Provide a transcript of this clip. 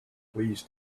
please